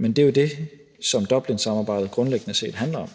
Det er jo det, Dublinsamarbejdet grundlæggende set handler om.